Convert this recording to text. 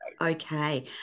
okay